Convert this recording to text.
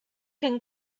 can